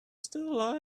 still